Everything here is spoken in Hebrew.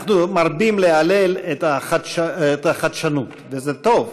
מרבים להלל את החדשנות, וזה טוב,